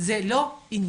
זה לא עניינך.